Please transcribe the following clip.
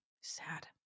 sad